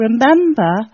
remember